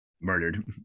murdered